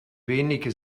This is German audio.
wenige